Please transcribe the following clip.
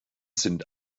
sind